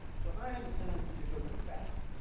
so i have a tendency to go too fast.